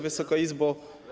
Wysoka Izbo!